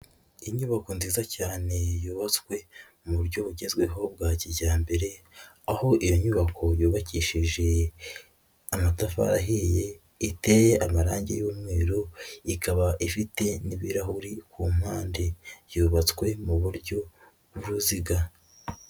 Inyubako nziza cyane yubatswe mu buryo bugezweho bwa kijyambere, aho iyo nyubako yubakishije amatafari ahiye iteye amarange y'umweru ikaba ifite n'ibirahuri ku mpande, yubatswe mu buryo bw'uruziga.